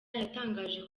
yatangaje